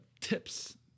tips